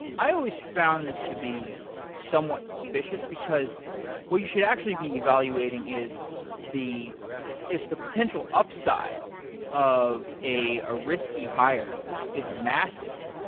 i always found this to be somewhat suspicious because what you should actually be evaluating is if the potential upside of a ah risky hire is massive,